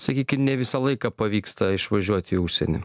sakykim ne visą laiką pavyksta išvažiuot į užsienį